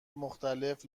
مختلف